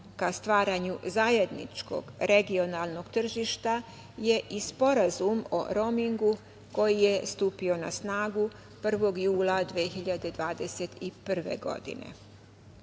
ka stvaranju zajedničkog regionalnog tržišta je i Sporazum o romingu, koji je stupio na snagu 1. jula 2021.